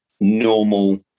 normal